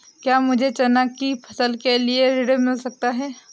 क्या मुझे चना की फसल के लिए ऋण मिल सकता है?